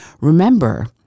Remember